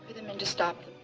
the men to stop them?